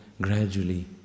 gradually